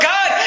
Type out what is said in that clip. God